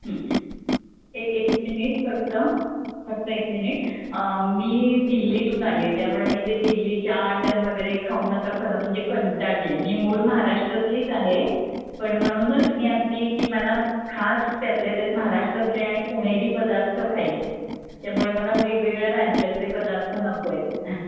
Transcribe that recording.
एक एक मिनिट फक्त फक्त एक मिनिट मी दिल्लीतून आले आहे त्यामुळे मी ते दिल्ली चाट आणि वगैरे खाऊन आता खरं म्हणजे कंटाळले आहे मी मूळ महाराष्ट्रातलीच आहे पण म्हणूनच मी अगदी की मला खास त्यातल्या त्यात महाराष्ट्रातले आणि पुणेरी पदार्थ खायचे त्यामुळे मला वेगवेगळ्या राज्यातले पदार्थ नको आहेत